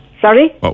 Sorry